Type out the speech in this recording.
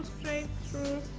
straight through